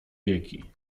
wieki